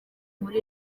inkuru